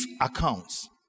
accounts